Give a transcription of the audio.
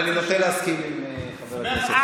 אני נוטה להסכים עם חבר הכנסת פורר.